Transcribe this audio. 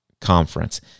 conference